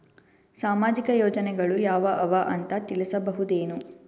ಸಾಮಾಜಿಕ ಯೋಜನೆಗಳು ಯಾವ ಅವ ಅಂತ ತಿಳಸಬಹುದೇನು?